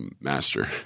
master